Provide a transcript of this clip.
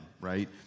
Right